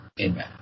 Amen